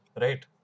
right